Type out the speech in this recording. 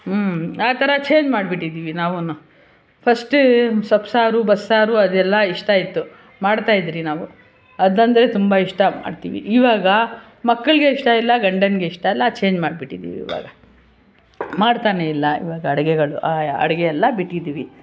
ಹ್ಞೂ ಆ ಥರ ಚೇಂಜ್ ಮಾಡ್ಬಿಟ್ಟಿದಿವಿ ನಾವು ಫಸ್ಟ ಸೊಪ್ಪು ಸಾರು ಬಸ್ಸಾರು ಅದೆಲ್ಲ ಇಷ್ಟ ಇತ್ತು ಮಾಡ್ತ ಇದ್ರಿ ನಾವು ಅದಂದರೆ ತುಂಬ ಇಷ್ಟ ಮಾಡ್ತೀವಿ ಇವಾಗ ಮಕ್ಕಳಿಗೆ ಇಷ್ಟ ಇಲ್ಲ ಗಂಡನಿಗೆ ಇಷ್ಟ ಇಲ್ಲ ಚೇಂಜ್ ಮಾಡ್ಬಿಟ್ಟಿದಿವಿ ಇವಾಗ ಮಾಡ್ತಾನೆ ಇಲ್ಲ ಇವಾಗ ಅಡಿಗೆಗಳು ಆಯಾ ಅಡಿಗೆ ಎಲ್ಲ ಬಿಟ್ಟಿದ್ದೀವಿ